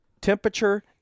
temperature